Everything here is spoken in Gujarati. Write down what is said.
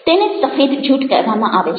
તેને સફેદ જૂઠ કહેવામાં આવે છે